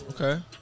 Okay